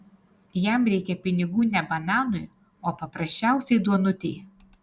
jam reikia pinigų ne bananui o paprasčiausiai duonutei